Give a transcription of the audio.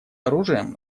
оружием